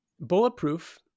Bulletproof